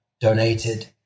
donated